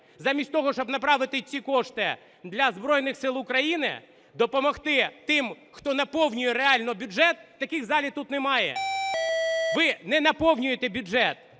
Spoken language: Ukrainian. Замість того, щоб направити ці кошти для Збройних Сил України, допомогти тим, хто наповнює реально бюджет, таких у залі тут немає. Ви не наповнюєте бюджет!